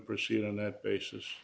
proceed on that basis